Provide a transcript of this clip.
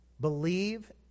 Believe